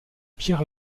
pierre